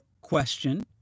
question